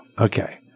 Okay